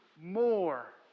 more